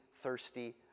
thirsty